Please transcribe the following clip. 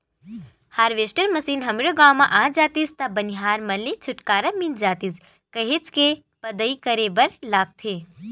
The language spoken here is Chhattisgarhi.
हारवेस्टर मसीन हमरो गाँव म आ जातिस त बनिहार मन ले छुटकारा मिल जातिस काहेच के पदई करे बर लगथे